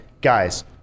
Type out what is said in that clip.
guys